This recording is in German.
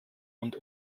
und